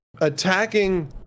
attacking